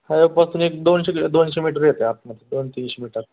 हायवेपासून एक दोनशे किल् दोनशे मिटर येते आहे आतमध्ये दोन तीनशे मिटर